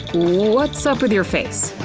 what's up with your face?